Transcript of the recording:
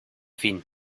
fin